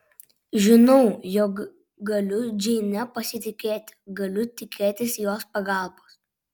žinau jog galiu džeine pasitikėti galiu tikėtis jos pagalbos